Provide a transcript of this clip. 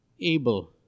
able